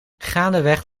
gaandeweg